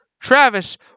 Travis